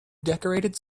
decorated